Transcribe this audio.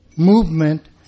Movement